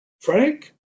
Frank